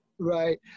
Right